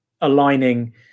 aligning